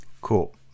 Cool